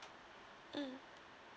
mm